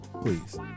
Please